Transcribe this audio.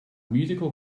musical